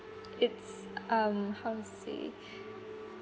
it's um how to say